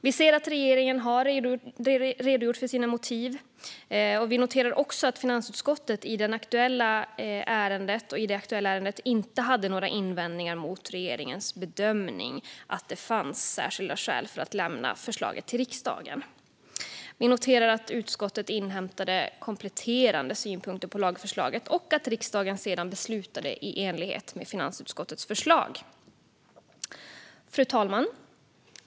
Vi ser att regeringen har redogjort för sina motiv, och vi noterar även att finansutskottet i det aktuella ärendet inte hade några invändningar mot regeringens bedömning att det fanns särskilda skäl för att lämna förslaget till riksdagen. Vi noterar att utskottet inhämtade kompletterande synpunkter på lagförslaget och att riksdagen sedan beslutade i enlighet med finansutskottets förslag. Fru talman!